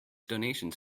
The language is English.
donations